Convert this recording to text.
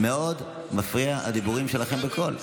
מאוד מפריעים הדיבורים שלכם בקול.